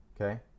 Okay